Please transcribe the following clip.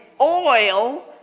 oil